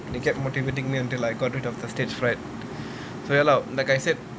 he kept motivating me until I got rid of the stage fright so ya lah like I said